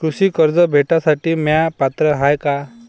कृषी कर्ज भेटासाठी म्या पात्र हाय का?